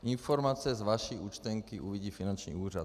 Informace z vaší účtenky uvidí finanční úřad.